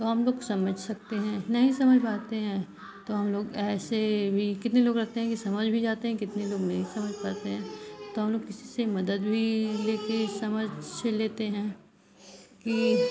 तो हमलोग समझ सकते हैं नहीं समझ पाते हैं तो हमलोग ऐसे भी कितने लोग रहते हैं कि समझ भी जाते हैं कितने लोग नहीं समझ पाते हैं तो हमलोग किसी से मदद भी लेकर समझ लेते हैं कि